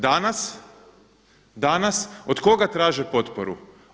Danas, danas od koga traže potporu?